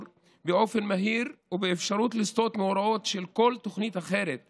באופן מהיר ובאפשרות לסטות מהוראות של כל תוכנית אחרת שחלה,